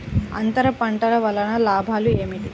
అంతర పంటల వలన లాభాలు ఏమిటి?